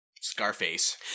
Scarface